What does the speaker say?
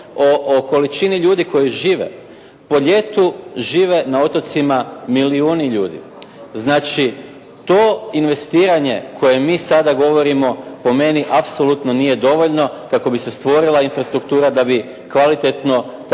o količini ljudi koji žive, po ljetu žive na otocima milijuni ljudi. Znači, to investiranje koje mi sada govorimo po meni apsolutno nije dovoljno kako bi se stvorila infrastruktura da bi kvalitetno